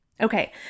Okay